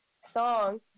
song